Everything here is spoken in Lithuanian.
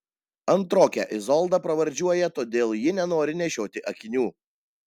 antrokę izoldą pravardžiuoja todėl ji nenori nešioti akinių